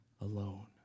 alone